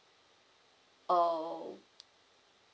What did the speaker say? oh